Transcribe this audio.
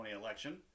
election